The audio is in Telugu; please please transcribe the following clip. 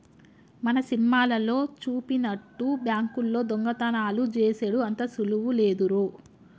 మన సినిమాలల్లో జూపినట్టు బాంకుల్లో దొంగతనాలు జేసెడు అంత సులువు లేదురో